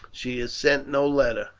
she has sent no letter,